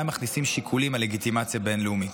מכניסים שיקולים של לגיטימציה בין-לאומית.